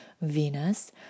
venus